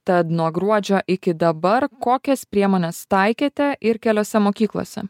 tad nuo gruodžio iki dabar kokias priemones taikėte ir keliose mokyklose